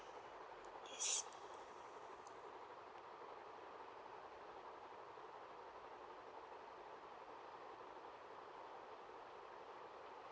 yes